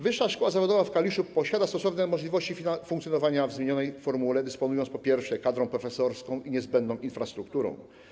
Wyższa Szkoła Zawodowa w Kaliszu posiada stosowne możliwości funkcjonowania w zmienionej formule, dysponując, po pierwsze, kadrą profesorską i niezbędną infrastrukturą.